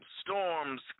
storms